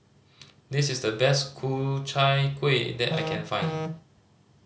this is the best Ku Chai Kuih that I can find